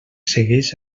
segueix